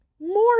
more